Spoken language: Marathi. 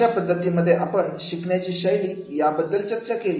अशा पद्धतीने आपण शिकण्याच्या शैली याबद्दल चर्चा केली